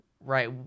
right